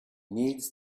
needs